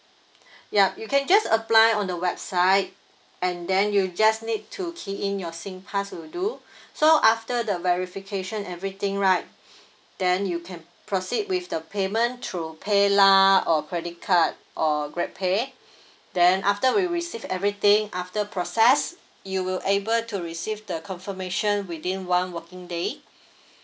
yup you can just apply on the website and then you just need to key in your singpass will do so after the verification everything right then you can proceed with the payment through pay lah or credit card or grab pay then after we receive everything after process you will able to receive the confirmation within one working day